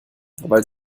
weil